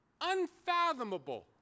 unfathomable